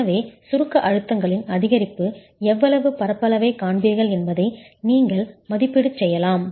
எனவே சுருக்க அழுத்தங்களின் அதிகரிப்பு எவ்வளவு பரப்பளவைக் காண்பீர்கள் என்பதை நீங்கள் மதிப்பீடு செய்யலாம்